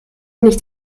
nicht